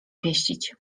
pieścić